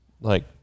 like-